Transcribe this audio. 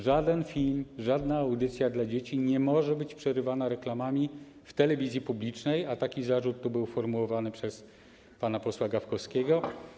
Żaden film ani żadna audycja dla dzieci nie mogą być przerywane reklamami w telewizji publicznej, a taki zarzut był formułowany przez pana posła Gawkowskiego.